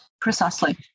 precisely